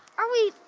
are we?